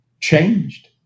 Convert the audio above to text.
changed